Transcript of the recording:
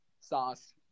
sauce